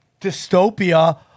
dystopia